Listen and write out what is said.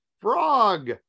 frog